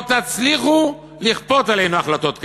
לא תצליחו לכפות עלינו החלטות כאלו.